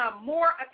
more